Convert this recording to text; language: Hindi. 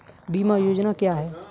बीमा योजना क्या है?